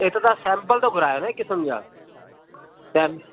त हिक तव्हां सैंपल था घुरायो न हिक किस्म जा सें